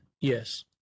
yes